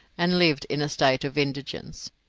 and lived in a state of indigence.